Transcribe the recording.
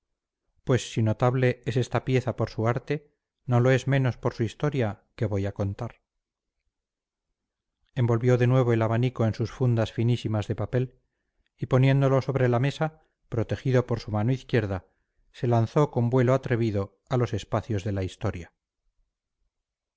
pues si notable es esta pieza por su arte no lo es menos por su historia que voy a contar envolvió de nuevo el abanico en sus fundas finísimas de papel y poniéndolo sobre la mesa protegido por su mano izquierda se lanzó con vuelo atrevido a los espacios de la historia